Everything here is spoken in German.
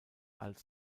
als